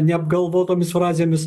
neapgalvotomis frazėmis